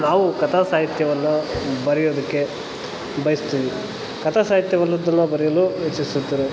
ನಾವು ಕಥಾಸಾಹಿತ್ಯವನ್ನು ಬರೆಯೋದಕ್ಕೆ ಬಯಸ್ತೀವಿ ಕಥಾಸಾಹಿತ್ಯವನ್ನದ್ದೆಲ್ಲ ಬರೆಯಲು ಇಚ್ಛಿಸುತ್ತದೆ